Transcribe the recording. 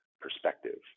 perspective